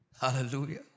Hallelujah